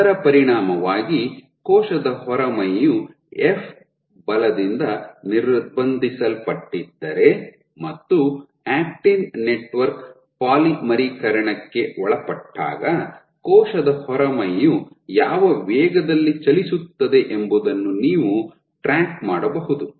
ಅದರ ಪರಿಣಾಮವಾಗಿ ಕೋಶದ ಹೊರಮೈಯು ಎಫ್ ಬಲದಿಂದ ನಿರ್ಬಂಧಿಸಲ್ಪಟ್ಟಿದ್ದರೆ ಮತ್ತು ಆಕ್ಟಿನ್ ನೆಟ್ವರ್ಕ್ ಪಾಲಿಮರೀಕರಣಕ್ಕೆ ಒಳಪಟ್ಟಾಗ ಕೋಶದ ಹೊರಮೈಯು ಯಾವ ವೇಗದಲ್ಲಿ ಚಲಿಸುತ್ತದೆ ಎಂಬುದನ್ನು ನೀವು ಟ್ರ್ಯಾಕ್ ಮಾಡಬಹುದು